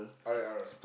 R-and-R